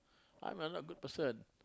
I'm a not good person